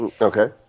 Okay